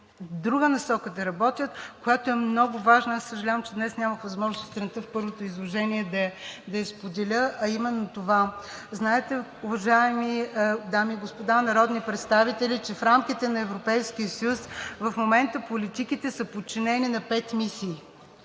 друга насока, която е много важна. Аз съжалявам, че днес сутринта нямах възможност в първото изложение да я споделя. Знаете, уважаеми дами и господа народни представители, че в рамките на Европейския съюз в момента политиките са подчинени на пет мисии.